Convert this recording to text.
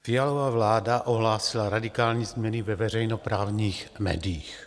Fialova vláda ohlásila radikální změny ve veřejnoprávních médiích.